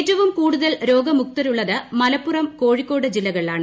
ഏറ്റവും കൂടുതൽ രോഗമുക്തരുള്ളത് മലപ്പുറം കോഴിക്കോട് ജില്ലകളിലാണ്